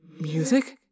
Music